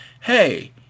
Hey